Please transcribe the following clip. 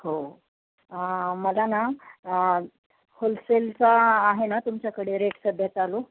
हो मला ना होलसेलचा आहे ना तुमच्याकडे रेट सध्या चालू